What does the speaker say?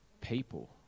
people